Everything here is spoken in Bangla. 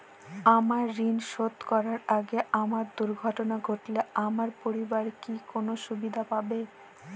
আমার ঋণ শোধ করার আগে আমার দুর্ঘটনা ঘটলে আমার পরিবার কি কোনো সুবিধে পাবে?